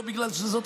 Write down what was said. לא בגלל שזאת,